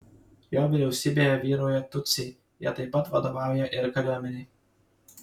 jo vyriausybėje vyrauja tutsiai jie taip pat vadovauja ir kariuomenei